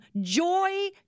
joy